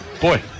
boy